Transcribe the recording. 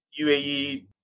UAE